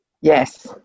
Yes